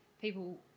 people